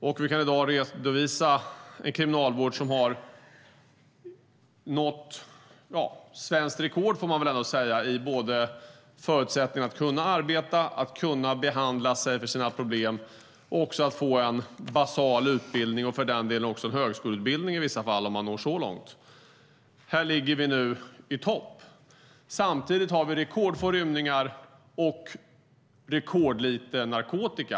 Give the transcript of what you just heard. Vi kan i dag redovisa en kriminalvård som har nått svenskt rekord, får man väl ändå säga, i förutsättningarna för människor att arbeta, att få behandling för sina problem och att få en basal utbildning, i vissa fall även en högskoleutbildning om man når så långt. Här ligger vi nu i topp. Samtidigt har vi rekordfå rymningar och rekordlite narkotika.